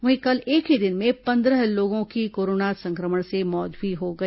वहीं कल एक ही दिन में पंद्रह लोगों की कोरोना संक्रमण से मौत भी हो गई